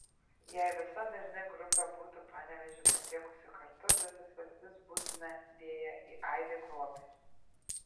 jei visa darni grupė būtų panevėžį pasiekusi kartu visas viltis būtumėte dėję į aidį kruopį